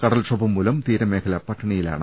കടൽക്ഷോഭംമൂലം തീരമേഖല പട്ടിണിയിലാണ്